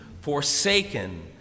forsaken